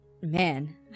Man